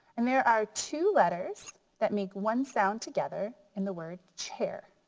and there are two letters that make one sound together in the word chair.